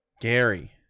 Gary